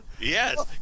Yes